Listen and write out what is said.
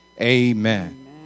amen